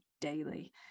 daily